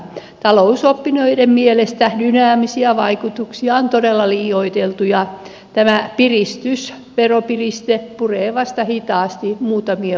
talousoppineiden mielestä dynaamisia vaikutuksia on todella liioiteltu ja tämä piristys veropiriste puree vasta hitaasti muutamien vuosien viiveellä